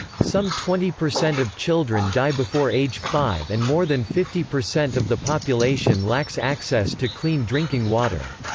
some twenty percent of children die before age five and more than fifty percent of the population lacks access to clean drinking water.